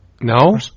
No